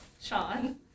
Sean